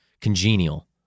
congenial